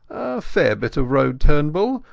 fair bit of road, turnbull,